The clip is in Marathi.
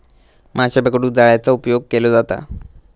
माशे पकडूक जाळ्याचा उपयोग केलो जाता